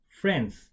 friends